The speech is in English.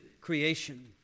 creation